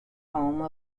home